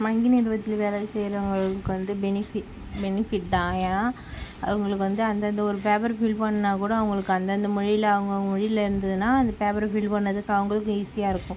வங்கி நிறுவனத்தில் வேலை செய்கிறவங்களுக்கு வந்து பெனிஃபிட் தான் ஏன்னா அவங்களுக்கு வந்து அந்த அந்த ஒரு பேப்பர் ஃபில் பண்ணுனால் கூட அவங்களுக்கு அந்தந்த மொழியில் அவங்கவுங்க மொழியில் இருந்ததுன்னா அந்த பேப்பரை ஃபில் பண்ணதுக்கு அவங்களுக்கும் ஈஸியாக இருக்கும்